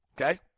Okay